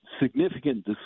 significant